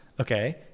okay